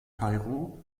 kairo